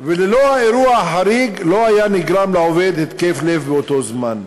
וללא האירוע החריג לא היה נגרם לעובד התקף לב באותו זמן.